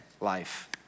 life